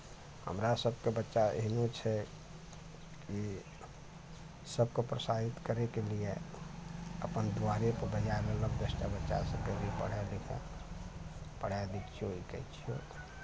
हमरा सबके बच्चा एहनो छै कि सबके प्रोत्साहित करै के लिए अपन दुआरे पर बजा लेलक दसटा बच्चा सबके भी पढ़ै लिखै पढ़ाए दै छियौ ई कहै छियौ